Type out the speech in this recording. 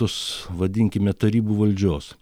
tos vadinkime tarybų valdžios